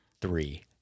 three